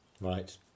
Right